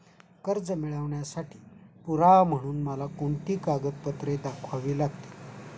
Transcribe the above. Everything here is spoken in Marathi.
कर्ज मिळवण्यासाठी पुरावा म्हणून मला कोणती कागदपत्रे दाखवावी लागतील?